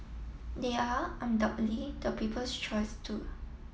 they are undoubtedly the people's choice too